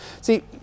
See